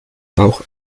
auch